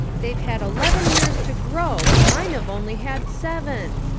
they've had eleven years to grow and mine've only had seven.